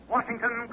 Washington